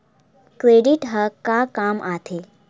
Credit ह का काम आथे?